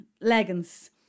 leggings